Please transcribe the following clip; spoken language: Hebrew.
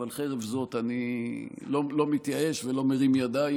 אבל חרף זאת אני לא מתייאש ולא מרים ידיים,